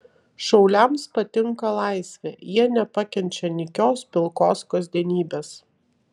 šauliams patinka laisvė jie nepakenčia nykios pilkos kasdienybės